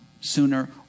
sooner